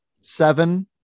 Seven